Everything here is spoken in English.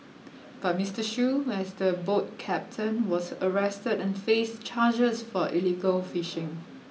but Mister Shoo as the boat captain was arrested and faced charges for illegal fishing